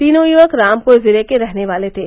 तीनों युवक रामपुर जिले के रहने वाले थे